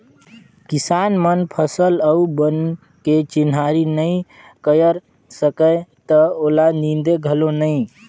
किसान मन फसल अउ बन के चिन्हारी नई कयर सकय त ओला नींदे घलो नई